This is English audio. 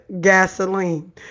gasoline